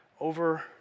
over